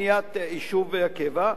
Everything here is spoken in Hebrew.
בניית יישוב הקבע.